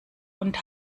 und